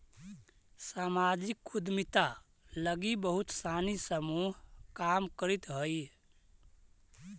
सामाजिक उद्यमिता लगी बहुत सानी समूह काम करित हई